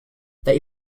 they